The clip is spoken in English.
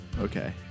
Okay